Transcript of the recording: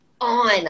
On